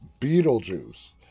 Beetlejuice